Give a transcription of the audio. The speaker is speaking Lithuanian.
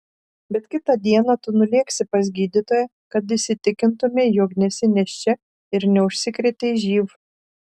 bet kitą dieną tu nulėksi pas gydytoją kad įsitikintumei jog nesi nėščia ir neužsikrėtei živ